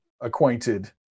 acquainted